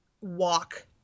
walk